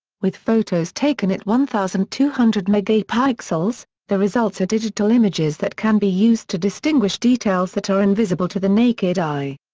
with photos taken at one thousand two hundred megapixels the results are digital images that can be used to distinguish details that are invisible to the naked eye.